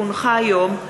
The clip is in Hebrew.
כי הונחה היום,